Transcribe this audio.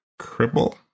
cripple